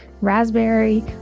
raspberry